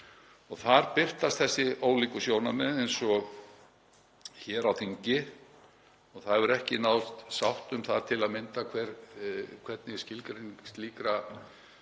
fundum, birtast þessi ólíku sjónarmið eins og hér á þingi og það hefur ekki náðst sátt um það til að mynda hvernig skilgreining slíkra